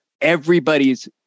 everybody's